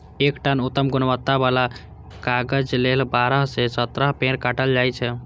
एक टन उत्तम गुणवत्ता बला कागज लेल बारह सं सत्रह पेड़ काटल जाइ छै